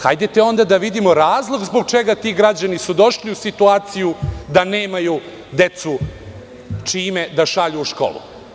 Hajde onda da vidimo razlog zbog čega su ti građani došli u situaciju da nemaju decu čime da šalju u školu.